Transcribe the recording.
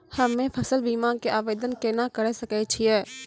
हम्मे फसल बीमा के आवदेन केना करे सकय छियै?